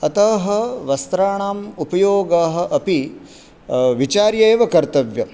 अतः वस्त्राणाम् उपयोगः अपि विचार्यैव कर्तव्यः